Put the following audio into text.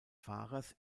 fahrers